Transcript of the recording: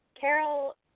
Carol